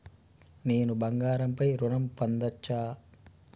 నేను బంగారం పై ఋణం పొందచ్చా?